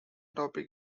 topic